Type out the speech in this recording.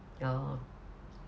orh